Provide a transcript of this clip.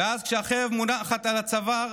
ואז, כשהחרב מונחת על הצוואר,